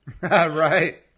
Right